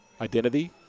identity